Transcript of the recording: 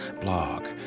blog